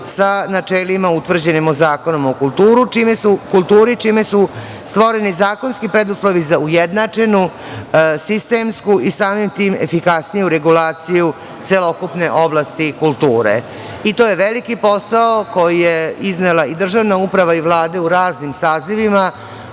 sa načelima utvrđenim u Zakonu o kulturi, čime su stvoreni zakonski preduslovi za ujednačenu, sistemsku i samim tim efikasniju regulaciju celokupne oblasti kulture. To je veliki posao koji je iznela i državna uprava i vlade u raznim sazivima,